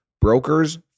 brokers